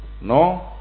No